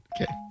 Okay